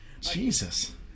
Jesus